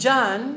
John